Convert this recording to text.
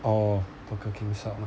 orh burger king salmon